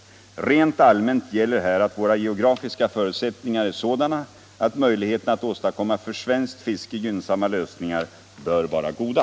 Rent allmänt gäller här att våra geografiska förutsättningar är sådana att möjligheterna att åstadkomma för svenskt fiske gynnsamma lösningar bör vara goda.